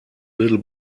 little